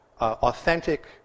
authentic